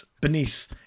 beneath